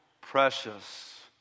precious